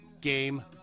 game